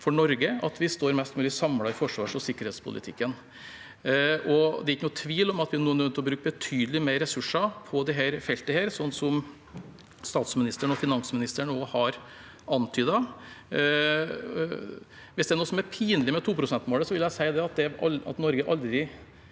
for Norge at vi står mest mulig samlet i forsvars- og sikkerhetspolitikken. Det er ikke noen tvil om at vi nå er nødt til å bruke betydelig mer ressurser på dette feltet, slik som statsministeren og finansministeren også har antydet. Hvis det er noe som er pinlig med 2prosentmålet, vil jeg si at det er